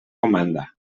comanda